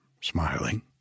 smiling